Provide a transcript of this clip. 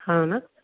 हां ना